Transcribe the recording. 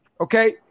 Okay